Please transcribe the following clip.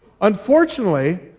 unfortunately